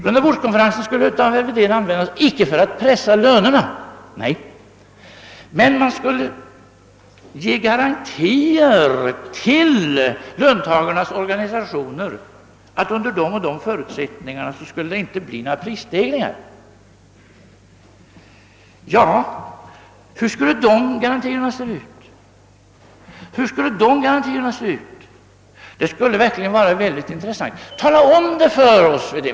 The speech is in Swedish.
Rundabordskonferensen skulle av herr Wedén användas, icke för att pressa lönerna — nej! — men för att ge garantier till löntagarnas organisationer, att under de och de förutsättningarna skulle det inte bli några prisstegringar. Men hur skulle dessa garantier se ut? Det skulle verkligen vara intressant att få veta.